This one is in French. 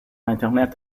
internet